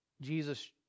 Jesus